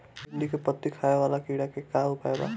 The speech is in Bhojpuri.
भिन्डी में पत्ति खाये वाले किड़ा के का उपाय बा?